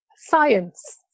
science